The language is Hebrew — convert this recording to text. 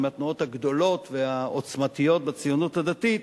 שהיא מהתנועות הגדולות והעוצמתיות בציונות הדתית,